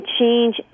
change